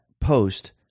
post